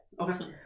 Okay